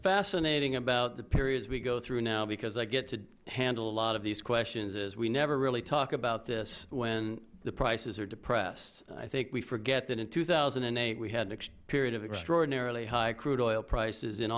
fascinating about the periods we go through now because i get to handle a lot of these questions is we never really talk about this when the prices are depressed i think we forget that in two thousand and eight we had a period of extraordinarily high crude oil prices in